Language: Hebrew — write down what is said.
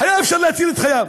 היה אפשר להציל את חייו.